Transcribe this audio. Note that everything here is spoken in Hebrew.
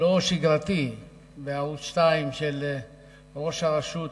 לא שגרתי בערוץ-2 עם ראש הרשות